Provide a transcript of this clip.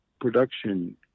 production